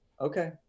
okay